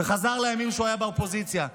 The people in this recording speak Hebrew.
וחזר לימים שבהם הוא היה באופוזיציה,